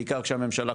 בעיקר שהממשלה,